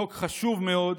חוק חשוב מאוד.